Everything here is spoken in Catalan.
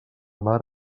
mar